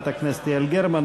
חברת הכנסת יעל גרמן,